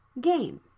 game